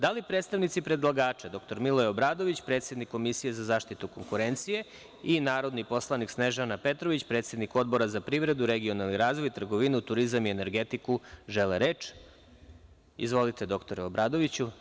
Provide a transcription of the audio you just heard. Da li predstavnici predlagača, dr Miloje Obradović, predsednik Komisije za zaštitu konkurencije i narodni poslanik Snežana Petrović, predsednik Odbora za privredu, regionalni razvoj, trgovinu, turizam i energetiku žele reč? (Da) Izvolite, dr Obradoviću.